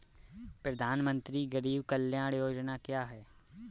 प्रधानमंत्री गरीब कल्याण योजना क्या है?